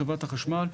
בחברת החשמל,